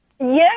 Yes